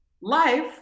life